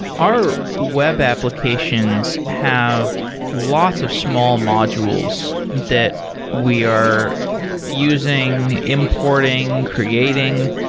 are web applications have lots of small modules that we are using, importing, creating.